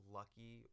lucky